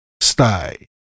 stay